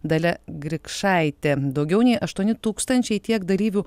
dalia grikšaitė daugiau nei aštuoni tūkstančiai tiek dalyvių